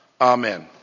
Amen